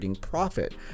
profit